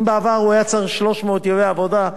אם בעבר הוא היה צריך 300 ימי עבודה,